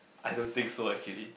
I don't think so actually